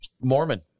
Mormon